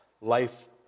life